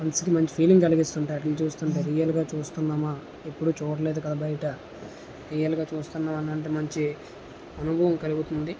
మనసుకి మంచి ఫీలింగ్ కలిగిస్తు ఉంటుంది వాటిల్ని చూస్తుంటే రియల్గా చూస్తున్నామా ఎప్పుడు చూడలేదు కదా బయట రియల్గా చూస్తున్నంత మంచి అనుభవం కలుగుతుంది